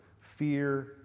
Fear